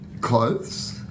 clothes